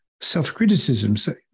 self-criticism